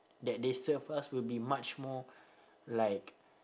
that they serve us will be much more like